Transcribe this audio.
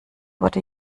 wurde